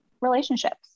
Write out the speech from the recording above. relationships